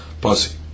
posse